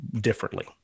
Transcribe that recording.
differently